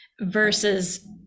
versus